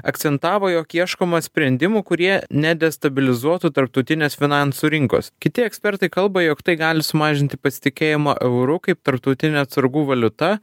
akcentavo jog ieškoma sprendimų kurie ne destabilizuotų tarptautinės finansų rinkos kiti ekspertai kalba jog tai gali sumažinti pasitikėjimą euru kaip tarptautine atsargų valiuta